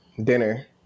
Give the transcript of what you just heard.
dinner